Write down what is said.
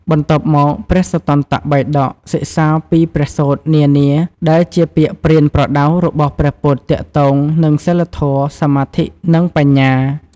បន្ទាប់មក ព្រះសុត្តន្តបិដក សិក្សាពីព្រះសូត្រនានាដែលជាពាក្យប្រៀនប្រដៅរបស់ព្រះពុទ្ធទាក់ទងនឹងសីលធម៌ សមាធិ និងបញ្ញា។